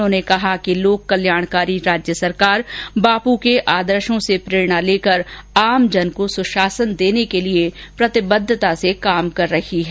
उन्होंने कहा कि लोक कल्याणकारी राज्य सरकार बापू के आदर्शों से प्रेरणा लेकर आमजन को सुशासन देने के लिये प्रतिबद्वता से कार्य कर रही है